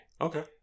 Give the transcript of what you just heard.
Okay